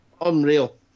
Unreal